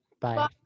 Bye